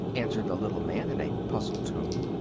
answered the little man, in a puzzled tone.